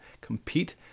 compete